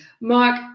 Mark